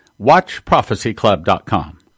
WatchProphecyClub.com